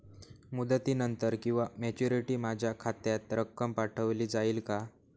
मुदतीनंतर किंवा मॅच्युरिटी माझ्या खात्यात रक्कम पाठवली जाईल का?